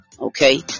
Okay